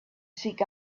seek